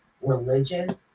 religion